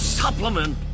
supplement